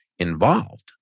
involved